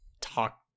talk